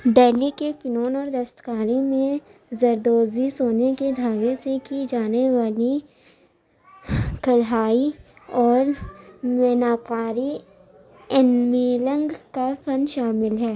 دہلی کے فنون اور دستکاری میں زردوزی سونے کے دھاگے سے کی جانے والی کڑھائی اور میناکاری کا فن شامل ہے